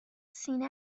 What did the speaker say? سینه